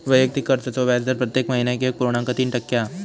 वैयक्तिक कर्जाचो व्याजदर प्रत्येक महिन्याक एक पुर्णांक तीन टक्के हा